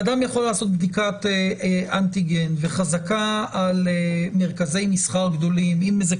אדם יכול לעשות בדיקת אנטיגן וחזקה על מרכזי מסחר גדולים אם אלה